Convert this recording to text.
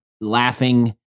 laughing